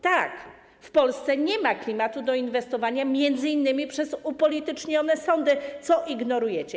Tak, w Polsce nie ma klimatu do inwestowania m.in. z powodu upolitycznionych sądów, co ignorujecie.